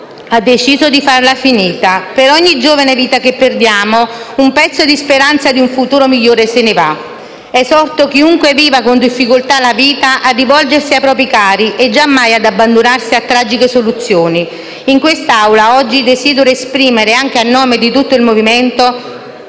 ha deciso di farla finita. Per ogni giovane vita che perdiamo, un pezzo di speranza di un futuro migliore se ne va. Esorto chiunque viva con difficoltà la vita a rivolgersi ai propri cari e giammai ad abbandonarsi a tragiche soluzioni. Oggi in quest'Assemblea desidero esprimere, anche a nome di tutto il Movimento,